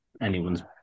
anyone's